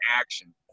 action